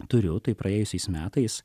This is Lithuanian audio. turiu tai praėjusiais metais